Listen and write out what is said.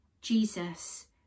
Jesus